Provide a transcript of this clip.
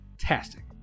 fantastic